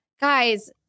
Guys